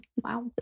Wow